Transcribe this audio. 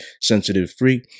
sensitive-free